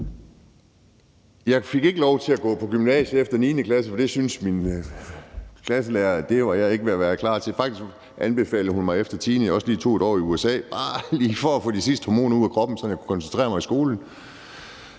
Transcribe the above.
Jeg fik ikke lov til at gå på gymnasiet efter 9. klasse, for det syntes min klasselærer ikke jeg var ved at være klar til. Faktisk anbefalede hun mig efter 10. klasse, at jeg også lige tog et år i USA bare lige for at få de sidste hormoner ud af kroppen, sådan at jeg kunne koncentrere mig i skolen.